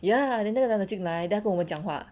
ya then 那个男的进来 then 他跟我们讲话